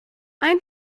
ein